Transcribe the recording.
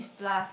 plus